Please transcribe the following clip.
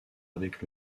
avec